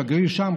שגריר שם,